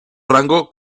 rango